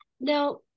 now